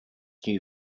new